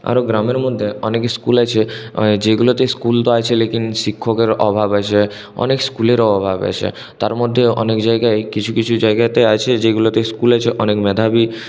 আরও গ্রামের মধ্যে অনেক স্কুল আছে যেগুলোতে স্কুল তো আছে লেকিন শিক্ষকের অভাব আছে অনেক স্কুলেরও অভাব আছে তার মধ্যে অনেক জায়গায় কিছু কিছু জায়গাতে আছে যেগুলোতে স্কুলেতে অনেক মেধাবী